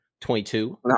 22